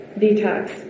detox